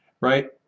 right